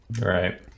right